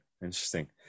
Interesting